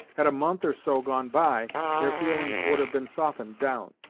had a month, or so, gone by, their feelin's would have been softened down,